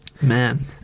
Man